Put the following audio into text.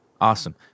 Awesome